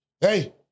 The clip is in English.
hey